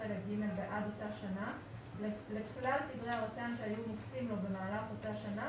ג' בעד אותה שנה לכלל תדרי הרט"ן שהיו מוקצים לו במהלך אותה שנה,